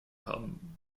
haben